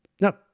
no